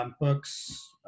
Books